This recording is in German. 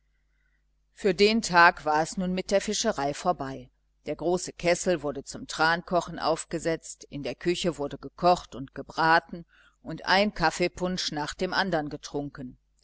für den tag war es nun mit der fischerei vorbei der große kessel wurde zum trankochen aufgesetzt in der küche wurde gekocht und gebraten und ein kaffeepunsch nach dem andern getrunken